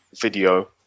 video